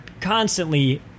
constantly